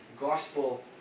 gospel